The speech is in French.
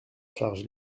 charge